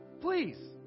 Please